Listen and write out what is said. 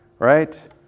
Right